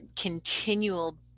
continual